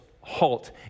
Halt